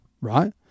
Right